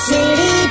City